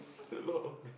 a lot of the